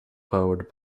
powered